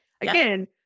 again